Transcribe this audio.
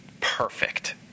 perfect